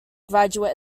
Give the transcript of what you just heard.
graduate